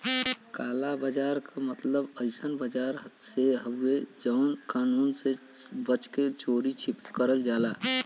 काला बाजार क मतलब अइसन बाजार से हउवे जौन कानून से बच के चोरी छिपे करल जाला